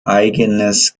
eigenes